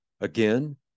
Again